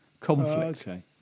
Conflict